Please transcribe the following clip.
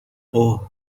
اوه